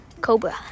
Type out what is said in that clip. Cobra